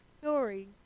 story